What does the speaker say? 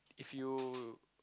if you